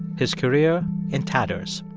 his career in tatters.